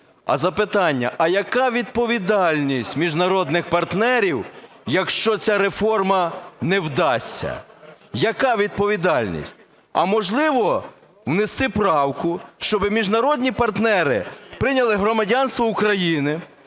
А запитання: а яка відповідальність міжнародних партнерів, якщо ця реформа не вдасться? Яка відповідальність? А, можливо, внести правку, щоб міжнародні партнери прийняли громадянство України,